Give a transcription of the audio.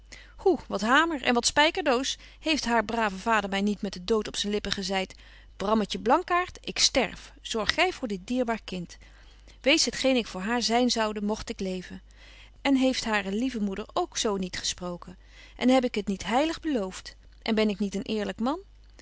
hoe wat hamer en wat spykerdoos heeft haar brave vader my niet met de dood op zyn lippen gezeit brammetje blankaart ik sterf zorg gy voor dit dierbaar kind wees het geen ik voor haar zyn zoude mogt ik leven en heeft hare lieve moeder ook zo niet gesproken en heb ik het niet heilig belooft en ben ik niet een eerlyk man